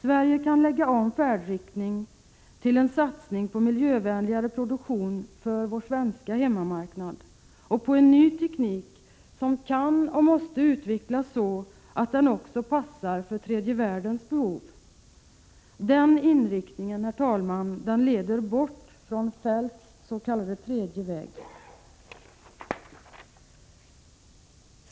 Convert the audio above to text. Sverige kan lägga om färdriktning till en satsning på miljövänligare produktion för hemmamarknaden och på en ny teknik som kan och måste utvecklas så att den också passar för tredje världens behov. Den inriktningen, herr talman, leder bort från Feldts s.k. tredje väg.